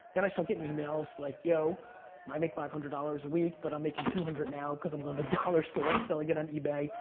then i started so getting emails like yo, i make five hundred dollars a week, but i'm making two hundred now cause i'm going to dollar store and selling it on ebay.